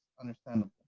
understandable